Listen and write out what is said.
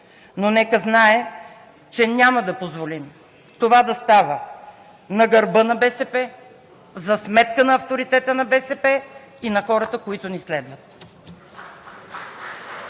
но нека знае, че няма да позволим това да става на гърба на БСП, за сметка на авторитета на БСП и на хората, които ни следват!